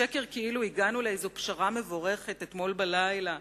השקר כאילו הגענו לאיזו פשרה מבורכת אתמול בלילה,